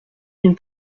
d’une